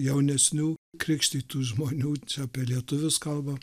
jaunesnių krikštytų žmonių čia apie lietuvius kalba